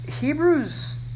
Hebrews